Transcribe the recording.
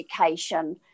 education